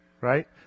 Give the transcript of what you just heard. Right